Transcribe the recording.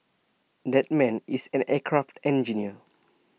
that man is an aircraft engineer